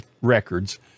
records